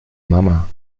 mama